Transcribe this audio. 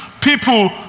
people